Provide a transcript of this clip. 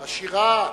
השירה.